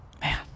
Man